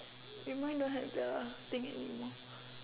eh mine don't have the thing anymore